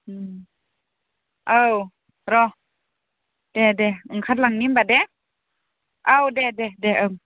औ र' दे दे ओंखारलांनि होनबा दे औ दे दे दे ओं